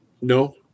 No